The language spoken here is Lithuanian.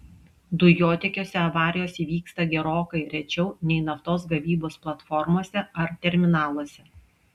dujotiekiuose avarijos įvyksta gerokai rečiau nei naftos gavybos platformose ar terminaluose